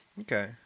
Okay